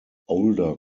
older